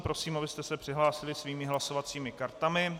Prosím, abyste se přihlásili svými hlasovacími kartami.